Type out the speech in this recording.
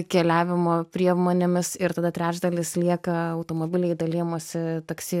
keliavimo priemonėmis ir tada trečdalis lieka automobiliai dalijimasi taksi